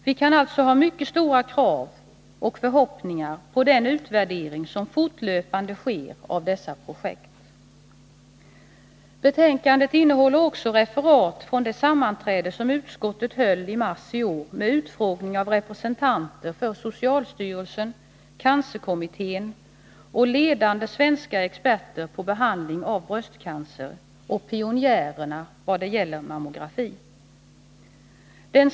Vi kan alltså ha mycket stora krav och förhoppningar på den utvärdering som fortlöpande sker av dessa projekt. Betänkandet innehåller också referat från det sammanträde som utskottet höll i mars i år med utfrågning av representanter för socialstyrelsen och cancerkommittén och av ledande svenska experter på behandling av bröstcancer och pionjärer i vad gäller mammografi.